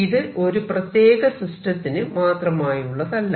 ഇത് ഒരു പ്രത്യേക സിസ്റ്റത്തിന് മാത്രമായുള്ളതല്ല